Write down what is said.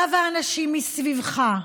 אתה והאנשים מסביבך,